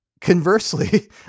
Conversely